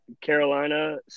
Carolina